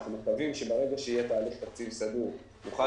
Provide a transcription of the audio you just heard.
אנחנו מקווים שברגע שיהיה תהליך תקציב סגור נוכל